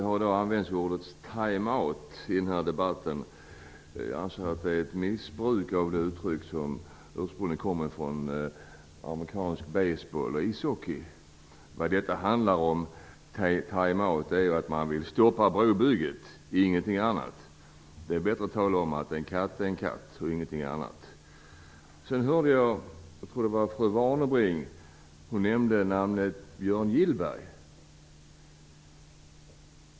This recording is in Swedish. Herr talman! Ordet time-out har i dag använts i debatten. Jag anser att det är fråga om ett missbruk av detta uttryck, som ursprungligen kommer från amerikansk baseboll och ishockey. Vad time-out handlar om är ju att man vill stoppa brobygget, inget annat. Det är bättre att tala om att en katt är en katt, och ingenting annat. Sedan hörde jag att fru Warnerbring, tror jag att det var, nämnde namnet Björn Gillberg.